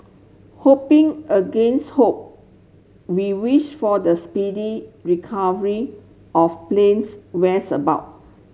hoping against hope we wish for the speedy recovery of plane's where's about